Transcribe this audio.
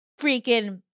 freaking